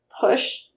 push